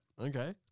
Okay